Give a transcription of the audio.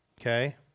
Okay